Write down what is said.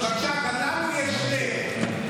גם לנו יש פה.